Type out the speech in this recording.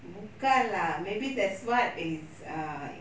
bukan lah maybe that's what it's uh